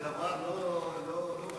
זה דבר שהוא לא בשגרה.